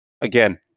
again